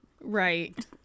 right